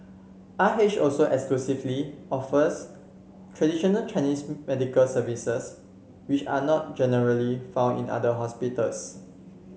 R H also exclusively offers traditional Chinese medical services which are not generally found in other hospitals